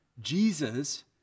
Jesus